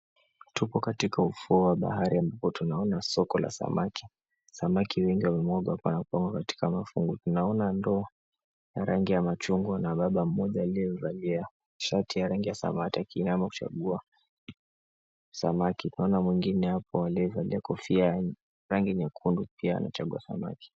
Tuko katika ufuo wa bahari ambapo tunaona soko la samaki. Samaki wengi wamemwagwa na kupangwa katika mafungu. Tunaona ndoo ya rangi ya machungwa na baba mmoja aliyevalia shati ya rangi ya samawati akiinama kuchagua samaki. Kwanza mwengine hapo aliyevalia kofia ya rangi nyekundu pia anachagua samaki.